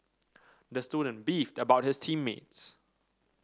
the student beefed about his team mates